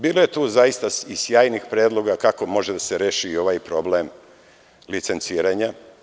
Bilo je tu zaista i sjajnih predloga kako može da se reši ovaj problem licenciranja.